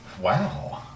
Wow